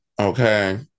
Okay